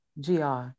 Gr